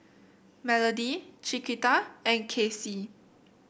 Melodie Chiquita and Kacie